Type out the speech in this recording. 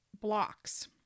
blocks